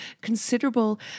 considerable